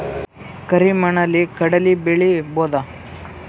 ಕರಿ ಮಣ್ಣಲಿ ಕಡಲಿ ಬೆಳಿ ಬೋದ?